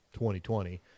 2020